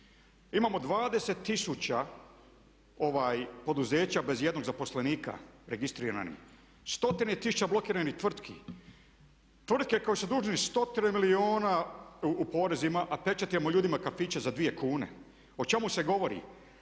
Imamo 20 tisuća poduzeća bez ijednog zaposlenika, registriranih, stotine tisuća blokiranih tvrtki, tvrtke koje su dužne stotina milijuna u porezima a pečatimo ljudima kafiće za dvije kune. O čemu se govori?